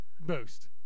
boost